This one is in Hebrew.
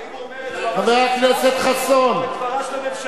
האם הוא אומר את דברה של ש"ס או את דברה של הממשלה?